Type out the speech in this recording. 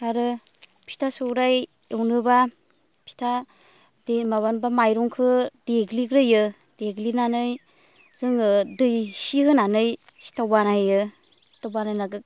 आरो फिथा सौराय एवनोबा फिथा माबानोबा माइरंखौ देग्लिग्रोयो देग्लिनानै जोङो दै इसे होनानै सिथाव बानायो सिथाव बानायना